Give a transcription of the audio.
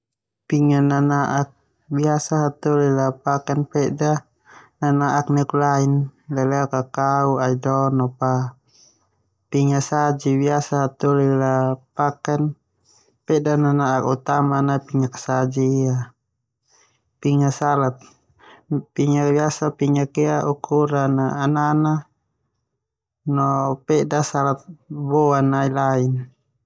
Pingak nana'ak biasa hataholi a paken peda nana'ak neuk lain, leleo kakau, aido no paa. Pingak saji biasa hataholi a paken peda nana'ak utama nai pingak saji ia. Pingak salad biasa pingak ia ukurana anana no peda salad boa nai lain.